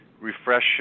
refresh